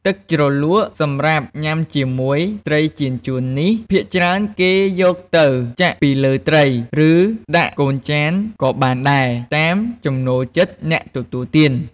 ទឹកជ្រលក់សម្រាប់ញ៉ាំជាមួយត្រីចៀនចួននេះ ភាគច្រើនគេយកទៅចាក់ពីលើត្រី ឬ ដាក់កូនចានក៏បានដែរ តាមចំណូលចិត្តអ្នកទទួលទាន។